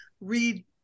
read